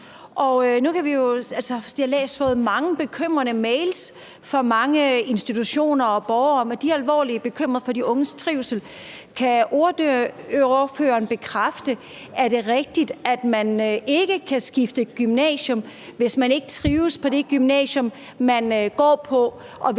nu har vi jo fået mange bekymrende mails fra mange institutioner og borgere om, at de er alvorligt bekymrede for de unges trivsel. Kan ordføreren bekræfte, at det er rigtigt, at man ikke kan skifte gymnasium, hvis man ikke trives på det gymnasium, man går på, hvis